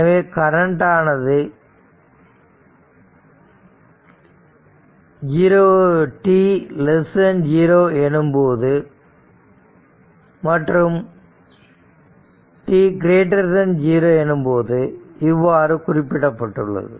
எனவே கரண்ட் ஆனது t 0 எனும் போதும் மற்றும் t 0 எனும் போதும் இவ்வாறு குறிப்பிடப்பட்டுள்ளது